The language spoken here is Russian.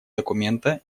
документа